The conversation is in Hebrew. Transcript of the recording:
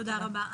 תודה רבה.